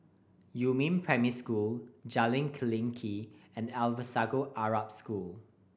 Yumin Primary School Jalan Klinik and Alsagoff Arab School